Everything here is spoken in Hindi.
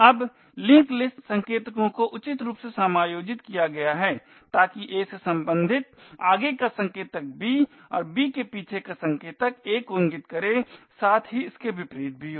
अब लिंक लिस्ट संकेतकों को उचित रूप से समायोजित किया गया है ताकि a से सम्बंधित आगे का संकेतक b और b के पीछे का संकेतक a को इंगित करे और साथ ही इसके विपरीत भी हो